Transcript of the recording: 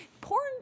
porn